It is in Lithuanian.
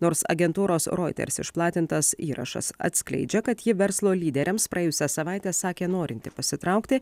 nors agentūros reuters išplatintas įrašas atskleidžia kad ji verslo lyderiams praėjusią savaitę sakė norinti pasitraukti